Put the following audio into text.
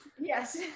yes